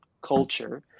culture